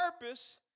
purpose